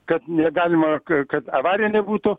kad negalima kad avarija nebūtų